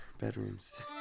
bedrooms